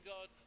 God